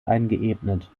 eingeebnet